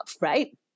right